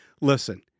Listen